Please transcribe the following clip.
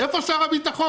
איפה שר הביטחון?